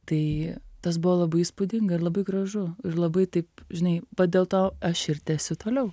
tai tas buvo labai įspūdinga ir labai gražu ir labai taip žinai va dėl to aš ir tęsiu toliau